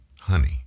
Honey